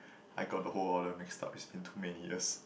I got the whole order mixed up it's been too many years